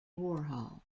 warhol